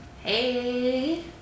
Hey